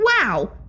Wow